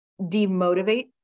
demotivate